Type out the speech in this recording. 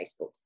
Facebook